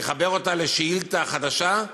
אני אחבר אותה לשאילתה חדשה,